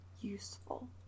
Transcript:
useful